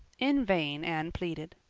in vain anne pleaded.